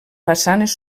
façanes